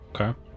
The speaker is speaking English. Okay